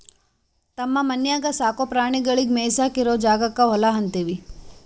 ತಮ್ಮ ಮನ್ಯಾಗ್ ಸಾಕೋ ಪ್ರಾಣಿಗಳಿಗ್ ಮೇಯಿಸಾಕ್ ಇರೋ ಜಾಗಕ್ಕ್ ಹೊಲಾ ಅಂತೀವಿ